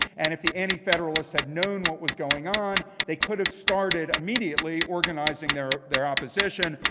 and if the antifederalists had known what was going on, they could have started immediately organizing their their opposition.